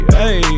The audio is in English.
hey